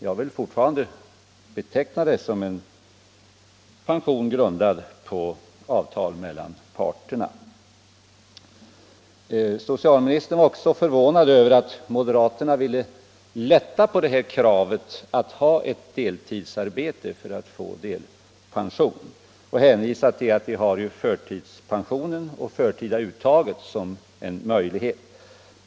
Jag vill fortfarande beteckna delpensionen som en pension grundad på avtal mellan parterna. Socialministern var också förvånad över att moderaterna ville lätta på kravet att ha ett deltidsarbete för att få delpension och hänvisade till att det ju finns förtidspension och förtida uttag som en möjlighet.